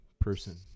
person